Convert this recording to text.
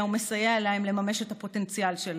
ומסייע להם לממש את הפוטנציאל שלהם?